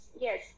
Yes